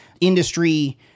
industry